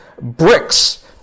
bricks